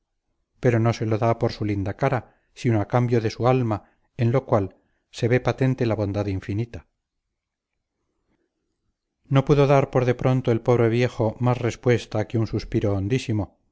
pero no se lo da por su linda cara sino a cambio de su alma en lo cual se ve patente la bondad infinita no pudo dar por de pronto el pobre viejo más respuesta que un suspiro hondísimo